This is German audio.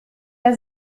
der